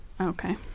Okay